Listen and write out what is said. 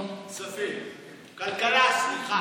כספים, כלכלה, סליחה.